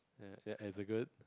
ya as a good